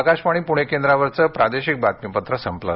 आकाशवाणी पणे केंद्रावरचं प्रादेशिक बातमीपत्र संपलं